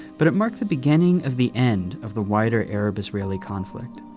but it marked the beginning of the end of the wider arab-israeli conflict.